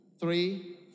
three